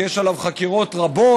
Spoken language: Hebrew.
כי יש עליו חקירות מרובות,